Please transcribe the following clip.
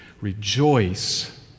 rejoice